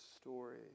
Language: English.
story